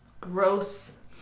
gross